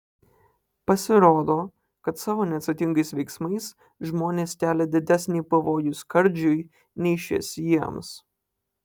pasirodo kad savo neatsakingais veiksmais žmonės kelia didesnį pavojų skardžiui nei šis jiems